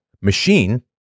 machine